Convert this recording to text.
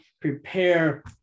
prepare